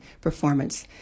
performance